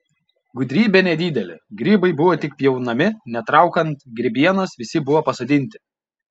gudrybė nedidelė grybai buvo tik pjaunami netraukant grybienos visi buvo pasodinti